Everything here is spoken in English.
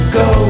go